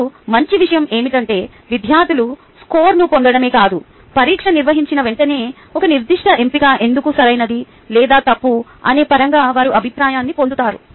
మరియు మంచి విషయం ఏమిటంటే విద్యార్థులు స్కోరును పొందడమే కాదు పరీక్ష నిర్వహించిన వెంటనే ఒక నిర్దిష్ట ఎంపిక ఎందుకు సరైనది లేదా తప్పు అనే పరంగా వారు అభిప్రాయాన్ని పొందుతారు